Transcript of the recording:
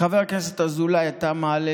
חבר הכנסת אזולאי, אתה מעלה